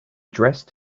dressed